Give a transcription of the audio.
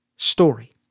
Story